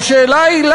והשאלה היא,